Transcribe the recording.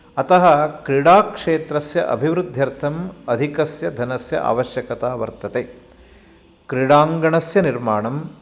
अतः क्रीडाक्षेत्रस्य अभिवृद्ध्यर्थम् अधिकस्य धनस्य आवश्यकता वर्तते क्रीडाङ्गणस्य निर्माणं